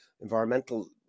environmental